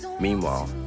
Meanwhile